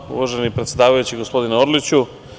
Hvala, uvaženi predsedavajući, gospodine Orliću.